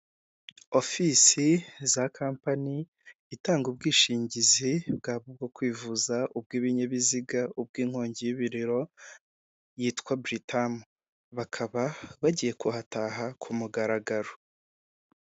Ofisi za kampani itanga ubwishingizi, bwaba ubwo kwivuza, ubw'ibinyabiziga, ubw'inkongi y'imiriro, yitwa Buritamu. Bakaba bagiye kuhataha ku mugaragaro.